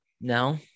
No